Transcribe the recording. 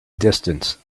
distance